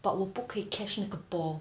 but 我不可以 catch 那个 ball